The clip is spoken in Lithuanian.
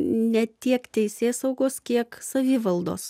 ne tiek teisėsaugos kiek savivaldos